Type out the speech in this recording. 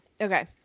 Okay